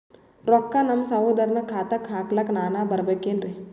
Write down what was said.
ರೊಕ್ಕ ನಮ್ಮಸಹೋದರನ ಖಾತಾಕ್ಕ ಹಾಕ್ಲಕ ನಾನಾ ಬರಬೇಕೆನ್ರೀ?